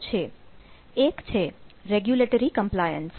એક છે regulatory compliance